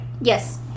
Yes